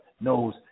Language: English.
knows